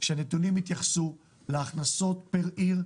שהנתונים יתייחסו להכנסות פר עיר,